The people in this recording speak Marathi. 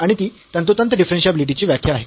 आणि ती तंतोतंत डिफरन्शियाबिलिटी ची व्याख्या आहे